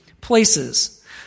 places